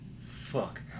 fuck